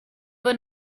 were